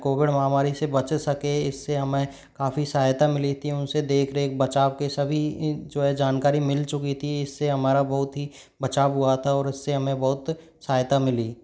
Covid महामारी से बच सके इससे हमें काफ़ी सहायता मिली थी उनसे देखरेख बचाव के सभी जो है जानकारी मिल चुकी थी इससे हमारा बहुत ही बचाव हुआ था और उससे हमें बहुत सहायता मिली